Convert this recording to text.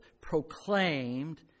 proclaimed